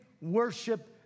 Worship